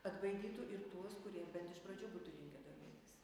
atbaidytų ir tuos kurie bent iš pradžių būtų linkę domėtis